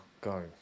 go